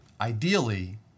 ideally